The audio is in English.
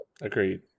agreed